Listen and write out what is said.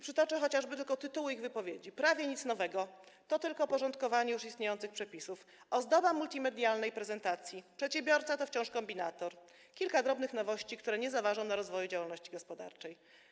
Przytoczę chociażby tytuły ich wypowiedzi: „Prawie nic nowego, to tylko porządkowanie już istniejących przepisów”, „Ozdoba multimedialnej prezentacji”, „Przedsiębiorca to wciąż kombinator”, „Kilka drobnych nowości, które nie zaważą na rozwoju działalności gospodarczej”